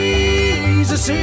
Jesus